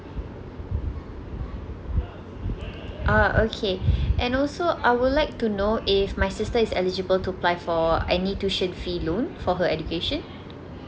ah okay and also I would like to know if my sister is eligible to apply for any tuition fee loan for her education